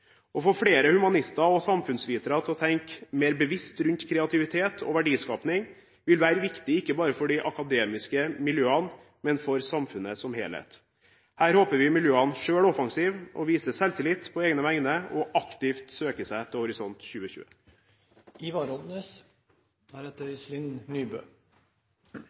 Å få flere humanister og samfunnsvitere til å tenke mer bevisst rundt kreativitet og verdiskapning vil være viktig ikke bare for de akademiske miljøene, men for samfunnet som helhet. Her håper vi miljøene selv er offensive og viser selvtillit på egne vegne og aktivt søker seg til Horisont 2020.